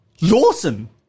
Lawson